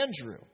Andrew